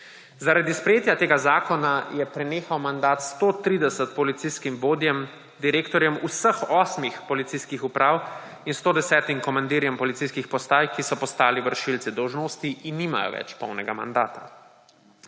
Zaradi sprejetja tega zakona je prenehal mandat 130 policijskim vodjem, direktorjem vseh osmih policijskih uprav in 110 komandirjem policijskih postaj, ki so postali vršilci dolžnosti in nimajo več polnega mandata.